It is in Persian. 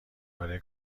برای